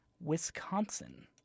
Wisconsin